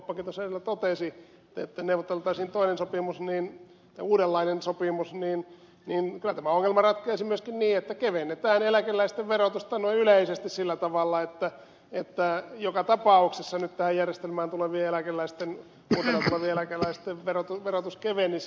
kuoppakin tuossa edellä ehdotti että neuvoteltaisiin toinen sopimus uudenlainen sopimus niin kyllä tämä ongelma ratkeaisi myöskin niin että kevennetään eläkeläisten verotusta noin yleisesti sillä tavalla että joka tapauksessa nyt tähän järjestelmään tulevien eläkeläisten uutena tulevien eläkeläisten verotus kevenisi